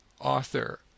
author